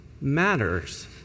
matters